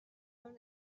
own